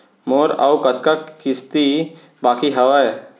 मोर अऊ कतका किसती बाकी हवय?